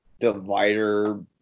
divider